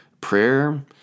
prayer